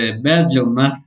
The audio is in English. Belgium